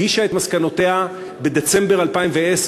היא הגישה את מסקנותיה בדצמבר 2010,